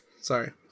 sorry